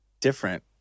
different